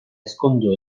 ezkondu